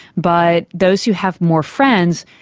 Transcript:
but those who have more friends,